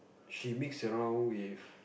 she mix around with